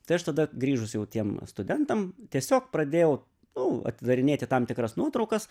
tai aš tada grįžus jau tiem studentam tiesiog pradėjau nu atidarinėti tam tikras nuotraukas